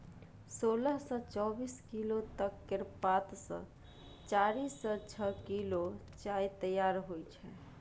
सोलह सँ चौबीस किलो तक केर पात सँ चारि सँ छअ किलो चाय तैयार होइ छै